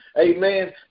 Amen